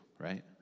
right